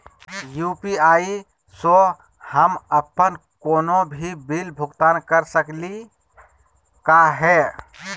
UPI स हम अप्पन कोनो भी बिल भुगतान कर सकली का हे?